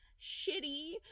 shitty